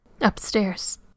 Upstairs